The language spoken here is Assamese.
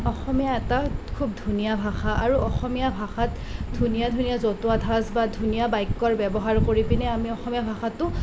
অসমীয়া এটা খুব ধুনীয়া ভাষা আৰু অসমীয়া ভাষাত ধুনীয়া ধুনীয়া জতুৱা ঠাঁচ বা ধুনীয়া বাক্যৰ ব্যৱহাৰ কৰি পেনে আমি অসমীয়া ভাষাটো